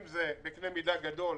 אם זה בקנה מידה גדול,